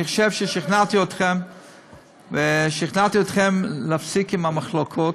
אני חושב ששכנעתי אתכם להפסיק עם המחלוקות.